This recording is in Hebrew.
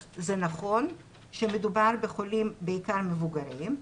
אז זה נכון שמדובר בחולים בעיקר מבוגרים,